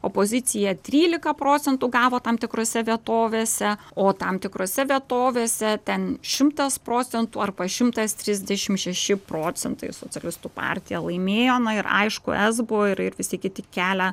opozicija trylika procentų gavo tam tikrose vietovėse o tam tikrose vietovėse ten šimtas procentų arba šimtas trisdešim šeši procentai socialistų partija laimėjo na ir aišku esbo ir ir visi kiti kelia